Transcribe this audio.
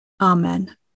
Amen